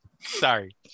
Sorry